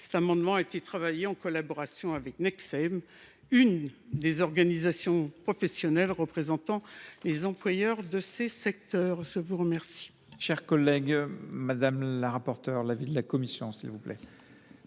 Cet amendement a été travaillé en collaboration avec Nexem, l’une des organisations professionnelles représentant les employeurs de ces secteurs. Quel